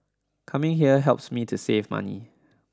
coming here helps me to save money